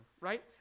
right